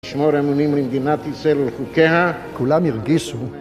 לשמור אמונים למדינת ישראל ולחוקיה, כולם ירגישו